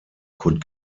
could